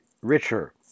richer